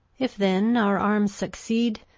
if then our arms succeed,